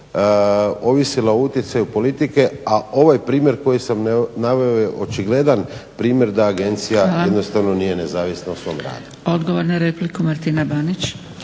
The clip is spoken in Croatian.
ovisila o utjecaju politike, a ovaj primjer koji sam naveo je očigledan primjer da Agencija jednostavno nije nezavisna u svom radu.